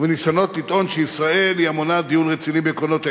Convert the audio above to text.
ובניסיונות לטעון שישראל היא המונעת דיון רציני בעקרונות היסוד,